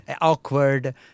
awkward